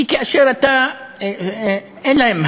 כי כאשר אתה, אין להם.